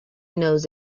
knows